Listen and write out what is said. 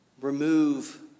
remove